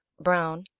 browne,